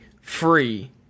free